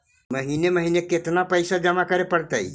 महिने महिने केतना पैसा जमा करे पड़तै?